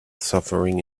suffering